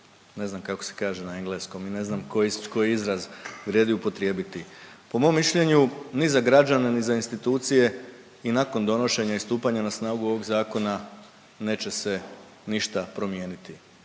Ne znam kako se kaže na engleskom i ne znam koji izraz vrijedi upotrijebiti. Po mom mišljenju ni za građane, ni za institucije i nakon donošenja i stupanja na snagu ovog zakona, neće se ništa promijeniti.